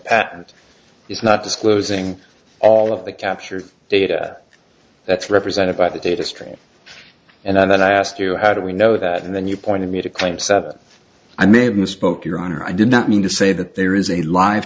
patent is not disclosing all of the captured data that's represented by the data stream and that i ask you how do we know that and then you pointed me to claim seven i may have misspoke your honor i did not mean to say that there is a live